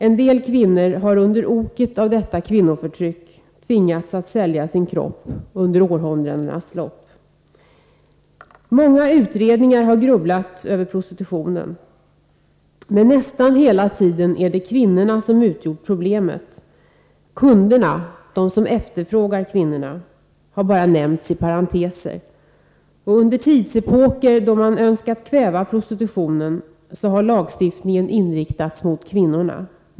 En del kvinnor har under oket av detta kvinnoförtryck tvingats sälja sin kropp under århundradenas lopp. Många utredningar har grubblat över prostitutionen, men nästan hela tiden är det kvinnorna som utgjort problemet. Kunderna — de som efterfrågar kvinnorna — har bara nämnts i parenteser. Under tidsepoker då man önskat kväva prostitutionen har lagstiftningen inriktats mot kvinnorna.